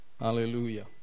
Hallelujah